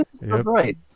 right